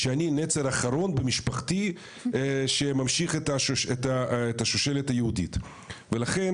שאני נצר אחרון במשפחתי שממשיך את השושלת היהודית ולכן